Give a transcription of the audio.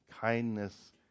kindness